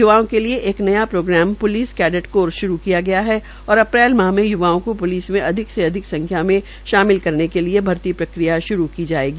य्वाओं के लिए एक प्रोग्राम प्लिस कैडेड कोर शुरू किया गया है और अप्रैल माह में युवाओं को पूलिस में अधिक से अधिक संख्या में शामिल करने के लिए भर्ती प्रक्रिया श्रू की जायेगी